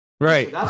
right